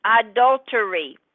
adultery